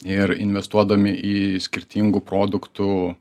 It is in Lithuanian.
ir investuodami į skirtingų produktų